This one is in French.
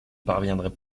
parviendrai